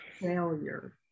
failure